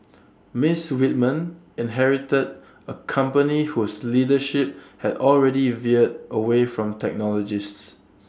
miss Whitman inherited A company whose leadership had already veered away from technologists